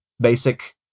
basic